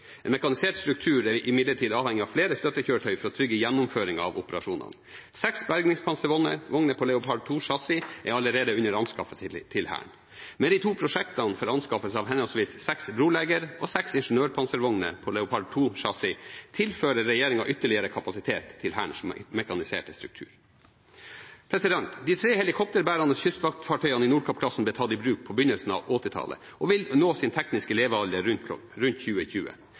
En mekanisert struktur er imidlertid avhengig av flere støttekjøretøy for å trygge gjennomføringen av operasjonene. Seks bergingspanservogner på Leopard 2-chassis er allerede under anskaffelse til Hæren. Med de to prosjektene for anskaffelse av henholdsvis seks broleggerpanservogner og seks ingeniørpanservogner på Leopard 2-chassis tilfører regjeringen ytterligere kapasitet til Hærens mekaniserte struktur. De tre helikopterbærende kystvaktfartøyene i Nordkapp-klassen ble tatt i bruk på begynnelsen av 1980-tallet og vil nå sin tekniske levealder rundt